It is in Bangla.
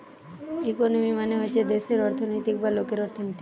ইকোনমি মানে হচ্ছে দেশের অর্থনৈতিক বা লোকের অর্থনীতি